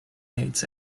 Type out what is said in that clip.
aides